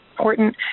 important